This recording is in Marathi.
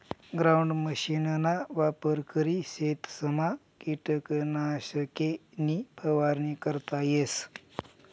ग्राउंड मशीनना वापर करी शेतसमा किटकनाशके नी फवारणी करता येस